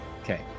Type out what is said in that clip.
Okay